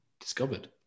discovered